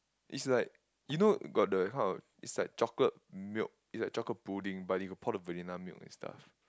is like you know got the kind of it's like chocolate milk it's like chocolate pudding but they got pour the vanilla milk and stuff